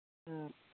ꯑ